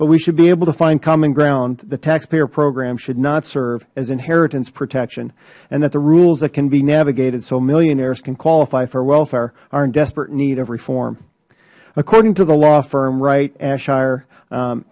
but we should be able to find common ground the taxpayer program should not serve as inheritance protection and that the rules that can be navigated so millionaires can qualify for welfare are in desperate need of reform according to the law firm wright